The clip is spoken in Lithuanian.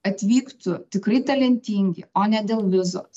atvyktų tikrai talentingi o ne dėl vizos